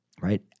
right